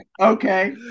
okay